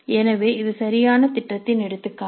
எனவே இது சரியான திட்டத்தின் எடுத்துக்காட்டு